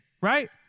right